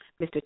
Mr